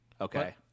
okay